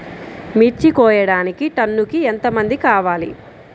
మిర్చి కోయడానికి టన్నుకి ఎంత మంది కావాలి?